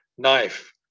Knife